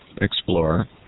explorer